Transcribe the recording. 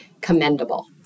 commendable